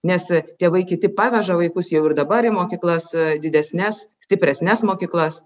nes tėvai kiti paveža vaikus jau ir dabar į mokyklas didesnes stipresnes mokyklas